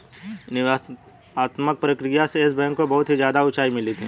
निवेशात्मक प्रक्रिया से येस बैंक को बहुत ही ज्यादा उंचाई मिली थी